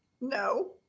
No